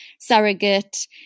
surrogate